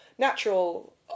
Natural